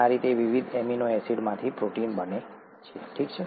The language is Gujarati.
આ રીતે વિવિધ એમિનો એસિડમાંથી પ્રોટીન બને છે